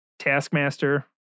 taskmaster